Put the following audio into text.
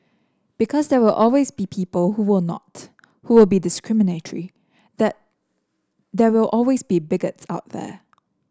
because there will always be people who will not who will be discriminatory that there will always be bigots out there